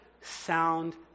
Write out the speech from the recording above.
sound